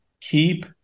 Keep